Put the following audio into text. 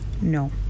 No